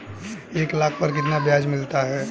एक लाख पर कितना ब्याज मिलता है?